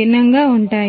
ఉన్నాయి